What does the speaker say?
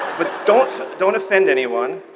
but don't so don't offend anyone.